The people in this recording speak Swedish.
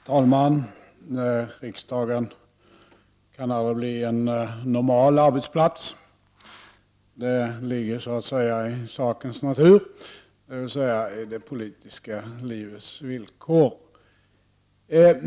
Herr talman! Riksdagen kan aldrig bli en normal arbetsplats. Det ligger i sakens natur, dvs. i det politiska livets villkor.